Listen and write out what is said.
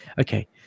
Okay